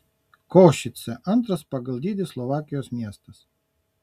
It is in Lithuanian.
košicė antras pagal dydį slovakijos miestas